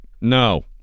no